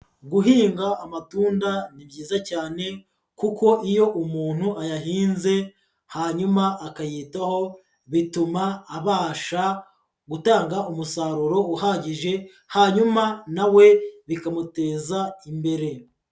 Guhinga amatunda ni byiza cyane kuko iyo umuntu ayahinze hanyuma akayitaho bituma abasha gutanga umusaruro uhagije, hanyuma nawe bikamuteza imbere.